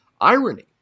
irony